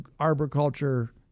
arboriculture